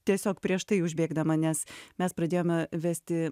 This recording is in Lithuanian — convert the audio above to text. tiesiog prieš tai užbėgdama nes mes pradėjome vesti